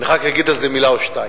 אחר כך אגיד על זה מלה או שתיים.